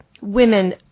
women